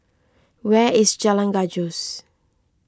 where is Jalan Gajus